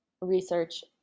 research